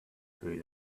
threw